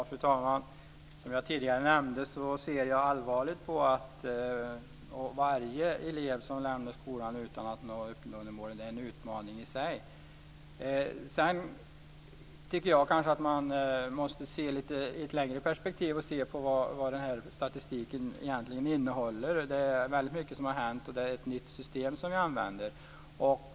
Fru talman! Som jag tidigare sade ser jag allvarligt på varje elev som lämnar skolan utan att nå målet. Det är en utmaning i sig. Sedan tycker jag att man måste se på vad statstiken innehåller i ett lite längre perspektiv. Det är väldigt mycket som har hänt, och det är ett nytt betygssystem som nu används.